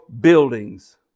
buildings